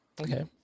Okay